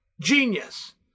genius